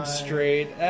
straight